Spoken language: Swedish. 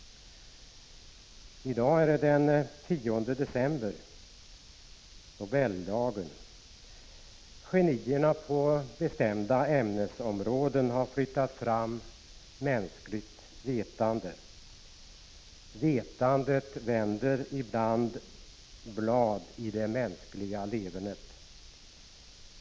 I dag är det den 10 december, nobeldagen. Genierna på bestämda ämnesområden har flyttat fram mänskligt vetande. Vetandet vänder ibland blad i det mänskliga levernet.